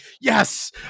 yes